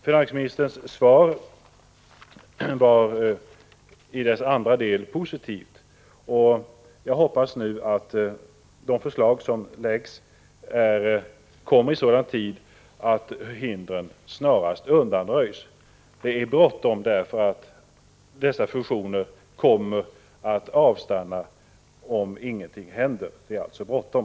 Finansministerns svar var i sin andra del positivt, och jag hoppas nu att förslag kommer i sådan tid att hindren snarast undanröjs. Dessa fusioner kommer att avstanna, om ingenting händer. Det är alltså bråttom.